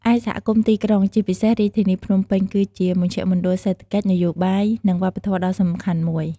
ឯសហគមន៍ទីក្រុង ជាពិសេសរាជធានីភ្នំពេញ គឺជាមជ្ឈមណ្ឌលសេដ្ឋកិច្ច នយោបាយ និងវប្បធម៌ដ៏សំខាន់មួយ។